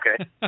okay